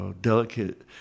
delicate